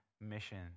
mission